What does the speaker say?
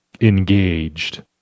engaged